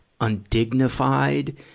undignified